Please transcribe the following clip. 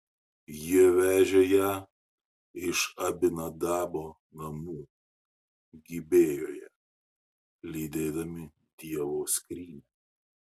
jie vežė ją iš abinadabo namų gibėjoje lydėdami dievo skrynią